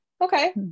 Okay